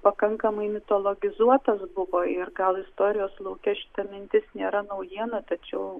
pakankamai mitologizuotas buvo ir gal istorijos lauke šita mintis nėra naujiena tačiau